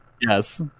Yes